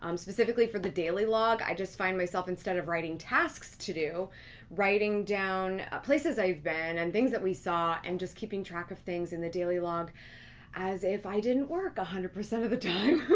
um specifically for the daily log, i just find myself instead of writing tasks to do writing down places i've been and things that we saw and just keeping track of things in the daily log as if i didn't work one hundred percent of the time.